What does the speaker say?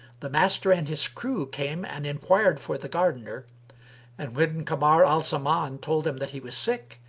the master and his crew came and enquired for the gardener and, when kamar al-zaman told them that he was sick,